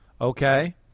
okay